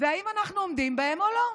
ואם אנחנו עומדים בהם או לא,